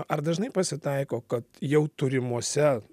ar dažnai pasitaiko kad jau turimuose